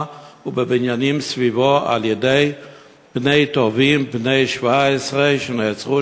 ובבניינים סביבו על-ידי בני טובים בני 17 שנעצרו,